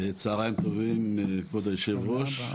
צוהריים טובים כבוד יושב הראש,